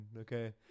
okay